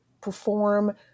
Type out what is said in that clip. perform